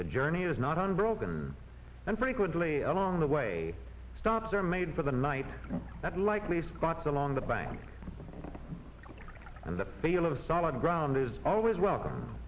the journey is not on broken and frequently along the way stops are made for the night that likely spots along the bank and the feel of solid ground is always welcome